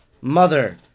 Mother